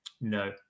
No